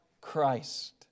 Christ